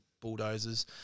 bulldozers